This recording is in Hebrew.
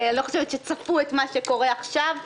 אני לא חושבת שצפו את מה שקורה עכשיו.